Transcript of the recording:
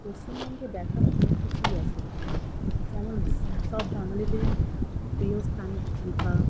পশ্চিমবঙ্গে দেখার অনেক কিছুই আছে যেমন স সব বাঙালিদের প্রিয় স্থান দিঘা